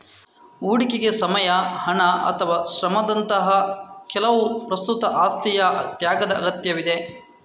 ಹೂಡಿಕೆಗೆ ಸಮಯ, ಹಣ ಅಥವಾ ಶ್ರಮದಂತಹ ಕೆಲವು ಪ್ರಸ್ತುತ ಆಸ್ತಿಯ ತ್ಯಾಗದ ಅಗತ್ಯವಿದೆ